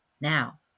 Now